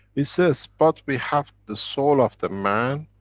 it says, but we have the soul of the man,